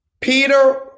Peter